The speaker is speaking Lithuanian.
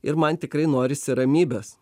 ir man tikrai norisi ramybės